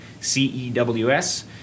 CEWS